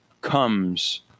comes